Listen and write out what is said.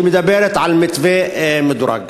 שמדברת על מתווה מדורג.